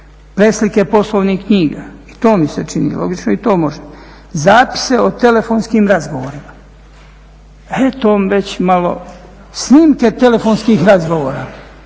preslike poslovnih knjiga i to mi se čini logično i to može, zapise o telefonskim razgovorima, e to mi već malo, snimke telefonskih razgovora.